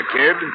kid